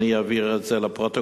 אני אעביר את זה לפרוטוקול,